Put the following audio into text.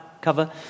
cover